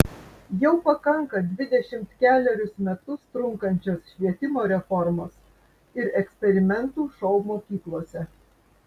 jau pakanka dvidešimt kelerius metus trunkančios švietimo reformos ir eksperimentų šou mokyklose